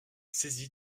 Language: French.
saisie